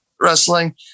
wrestling